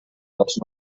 dels